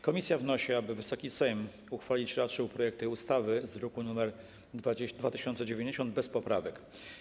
Komisja wnosi, aby Wysoki Sejm uchwalić raczył projekt ustawy z druku nr 2090 bez poprawek.